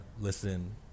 listen